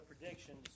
predictions